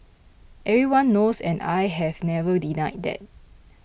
everyone knows and I have never denied that